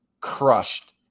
crushed